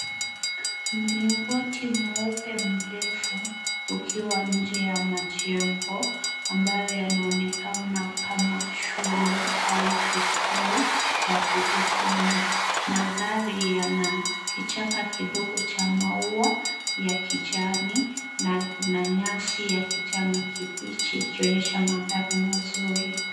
Mlingoti mweupe mrefu ukiwa nje ya majengo, ambayo yanaonekana kama shule au kituo cha kujifunza. Mandhari yana kichaka kidogo cha maua ya kijani na kuna nyasi ya kijani kibichi ikionyesha mandhari mazuri.